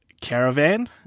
caravan